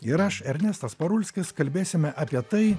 ir aš ernestas parulskis kalbėsime apie tai